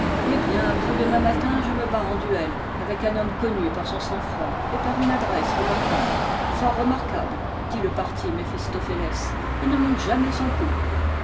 eh bien après-demain matin je me bats en duel avec un homme connu par son sang-froid et par une adresse remarquable fort remarquable dit le parti méphistophélès il ne manque jamais son coup